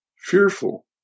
fearful